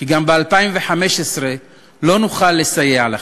כי גם ב-2015 לא נוכל לסייע לכם?